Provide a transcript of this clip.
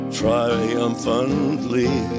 triumphantly